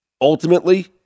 Ultimately